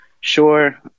Sure